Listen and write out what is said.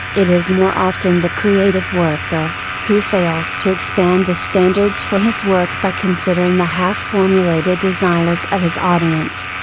it is more often the creative worker, who fails to expand the standards for his work by considering the half formulated desires of his audience.